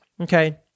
Okay